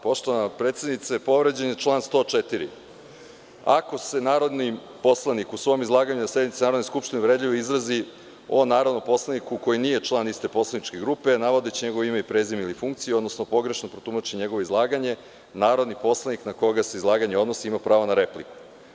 Poštovana predsednice, povređen je član 104. – ako se narodni poslanik u svom izlaganju na sednici Narodne skupštine uvredljivo izrazi o narodnom poslaniku koji nije član iste poslaničke grupe, navodeći njegovo ime i prezime ili funkciju, odnosno pogrešno protumači njegovo izlaganje, narodni poslanik na koga se izlaganje odnosi ima pravo na repliku.